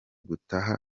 gutaha